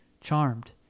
charmed